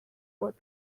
was